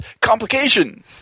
complication